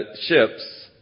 ships